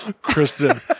Kristen